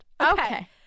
Okay